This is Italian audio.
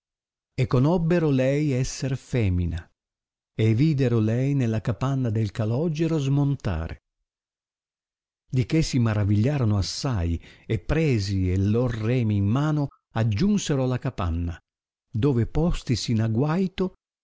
conobbero lei esser femina e videro lei nella capanna del calogero smontare di che si maravigliarono assai e presi e lor remi in mano aggiunsero alla capanna dove postisi in aguaito